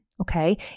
okay